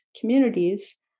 communities